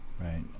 right